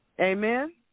Amen